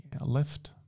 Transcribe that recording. Left